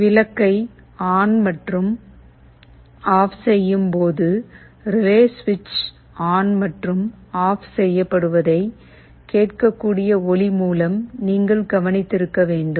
விளக்கை ஆன் மற்றும் ஆஃப் செய்யும் போது ரிலே சுவிட்ச் ஆன் மற்றும் ஆஃப் செய்யப்படுவதைக் கேட்கக்கூடிய ஒலி மூலம் நீங்கள் கவனித்திருக்க வேண்டும்